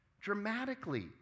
dramatically